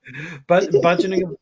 budgeting